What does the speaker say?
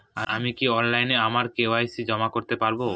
আমি কি অনলাইন আমার কে.ওয়াই.সি জমা করতে পারব?